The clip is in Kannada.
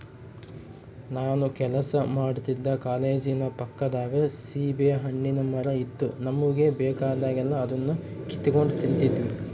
ನಾನು ಕೆಲಸ ಮಾಡ್ತಿದ್ದ ಕಾಲೇಜಿನ ಪಕ್ಕದಾಗ ಸೀಬೆಹಣ್ಣಿನ್ ಮರ ಇತ್ತು ನಮುಗೆ ಬೇಕಾದಾಗೆಲ್ಲ ಅದುನ್ನ ಕಿತಿಗೆಂಡ್ ತಿಂತಿದ್ವಿ